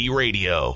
radio